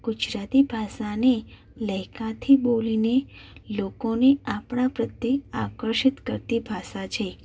ગુજરાતી ભાષાને લહેકાથી બોલીને લોકોને આપણા પ્રત્યે આકર્ષિત કરતી ભાષા છે